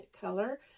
color